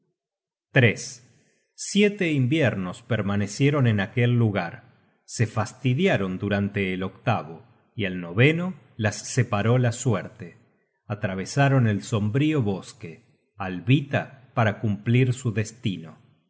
voelund siete inviernos permanecieron en aquel lugar se fastidiaron durante el octavo y al noveno las separó la suerte atravesaron el sombrío bosque alhvita para cumplir su destino